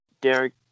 Derek